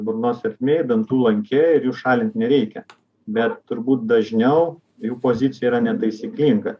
burnos ertmėj dantų lanke ir jų šalint nereikia bet turbūt dažniau jų pozicija yra netaisyklinga